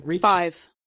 Five